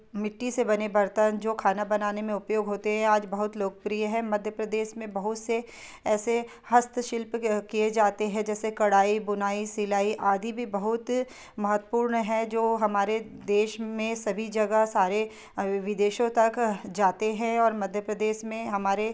मिट्टी से बने बर्तन जो खाना बनाने में उपयोग होते हैं आज बहुत लोकप्रिय है मध्यप्रदेश में बहुत से ऐसे हस्तशिल्प किए जाते है जैसे कढ़ाई बुनाई सिलाई आदि भी बहुत महत्वपूर्ण है जो हमारे देश में सभी जगह सारे अभी विदेशों तक जाते हैं और मध्यप्रदेश में हमारे